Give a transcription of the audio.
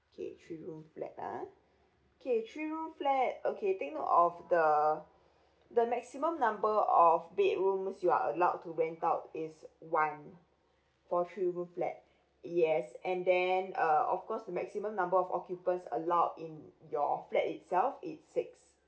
okay three room flat ah okay three room flat okay take note of the the maximum number of bedrooms you are allowed to rent out is one for three room flat yes and then uh of course the maximum number of occupants allowed in your flat itself is six